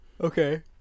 Okay